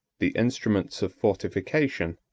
the instruments of fortification,